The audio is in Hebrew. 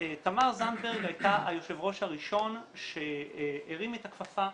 תמר זנדברג הייתה היו"ר הראשון שהרים את הכפפה,